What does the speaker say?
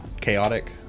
Chaotic